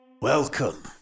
Welcome